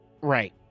Right